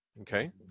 okay